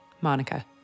Monica